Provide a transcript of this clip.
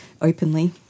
openly